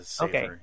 Okay